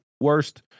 worst